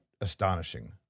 astonishing